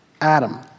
Adam